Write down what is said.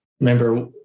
Remember